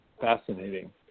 fascinating